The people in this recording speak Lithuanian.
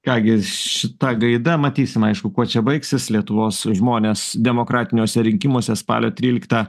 ką gi šita gaida matysim aišku kuo čia baigsis lietuvos žmonės demokratiniuose rinkimuose spalio tryliktą